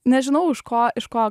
nežinau iš ko iš ko